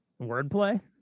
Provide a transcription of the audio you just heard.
Wordplay